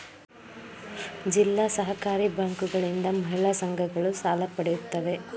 ಜಿಲ್ಲಾ ಸಹಕಾರಿ ಬ್ಯಾಂಕುಗಳಿಂದ ಮಹಿಳಾ ಸಂಘಗಳು ಸಾಲ ಪಡೆಯುತ್ತವೆ